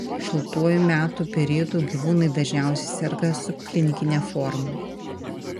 šaltuoju metų periodu gyvūnai dažniausiai serga subklinikine forma